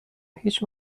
هیچ